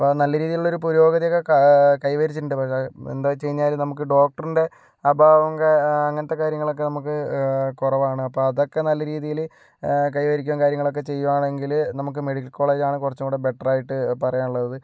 നല്ല രീതിയിലുള്ള ഒരു പുരോഗതി ഒക്കെ ക കൈവരിച്ചിട്ടുണ്ട് എന്താ വെച്ച് കഴിഞ്ഞാല് നമുക്ക് ഡോക്ടറിൻ്റെ അഭാവം അങ്ങനത്തെ കാര്യങ്ങളൊക്കെ നമുക്ക് കുറവാണ് അപ്പോൾ അതൊക്കെ നല്ല രീതിയിൽ കൈവരിക്കുകയും കാര്യങ്ങളൊക്കെ ചെയ്യുവാണെങ്കില് നമുക്ക് മെഡിക്കൽ കോളേജ് ആണ് കുറച്ചുകൂടി ബെറ്റർ ആയിട്ട് പറയാനുള്ളത്